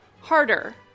Harder